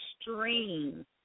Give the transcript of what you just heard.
stream